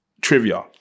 trivia